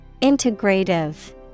Integrative